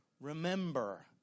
Remember